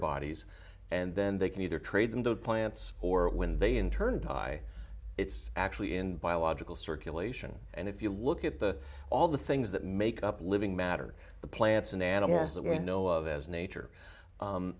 bodies and then they can either trade them to plants or when they in turn die it's actually in biological circulation and if you look at the all the things that make up living matter the plants and animals that we know of as nature